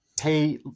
pay